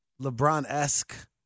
LeBron-esque